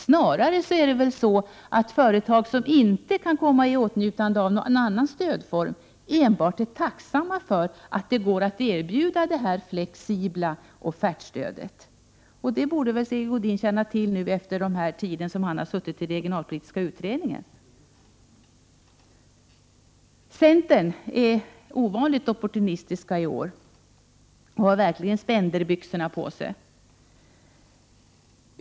Snarare är företag, som inte kan komma i åtnjutande av någon annan stödform, enbart tacksamma för att det går att erbjuda det flexibla offertstödet. Det borde väl Sigge Godin känna till efter den tid som han har suttit i regionalpolitiska utredningen. Centern är ovanligt opportunistisk i år, och de har verkligen spenderbyxorna på sig.